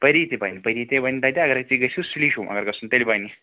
پٔری تہِ بَنہِ پٔری تے بَنہِ تَتہِ اگرَے تُہۍ گٔژھِو سُلی چھُو مگر گژھُن تیٚلہِ بَنہِ